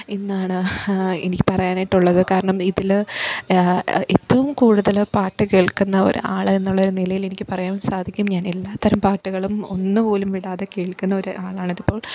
എന്നാണ് എനിക്ക് പറയാനായിട്ടുള്ളത് കാരണം ഇതിൽ ഏറ്റവും കൂടുതൽ പാട്ട് കേള്ക്കുന്ന ഒരാൾ എന്നുള്ള ഒരു നിലയില് എനിക്ക് പറയാന് സാധിക്കും ഞാന് എല്ലാ തരം പാട്ടുകളും ഒന്ന് പോലും വിടാതെ കേള്ക്കുന്ന ഒരു ആളാണ് അതിപ്പോള്